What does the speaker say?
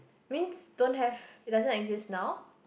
means don't have it doesn't exist now